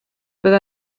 bydda